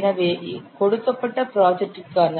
எனவே கொடுக்கப்பட்ட ப்ராஜெக்டிற்கான